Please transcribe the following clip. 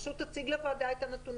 פשוט תציג לוועדה את הנתונים.